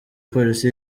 polisi